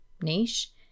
niche